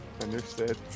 Understood